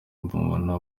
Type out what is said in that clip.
mubona